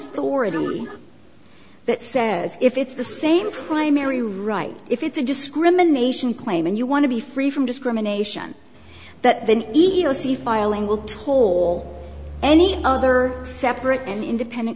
ty that says if it's the same primary right if it's a discrimination claim and you want to be free from discrimination that then ito see filing will toll any other separate and independent